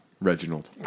Reginald